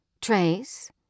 Trace